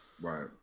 Right